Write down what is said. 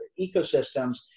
ecosystems